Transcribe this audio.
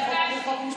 בוועדת הקורונה.